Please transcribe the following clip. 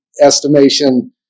estimation